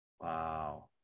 Wow